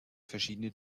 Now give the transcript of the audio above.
verschiedene